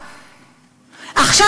עכשיו,